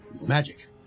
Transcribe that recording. Magic